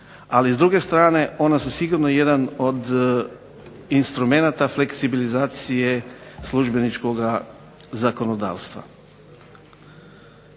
Ali s druge strane ona su sigurno jedan od instrumenata fleksibilizacije službeničkoga zakonodavstva.